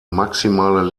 maximale